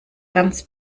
ganz